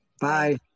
Bye